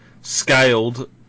scaled